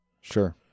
Sure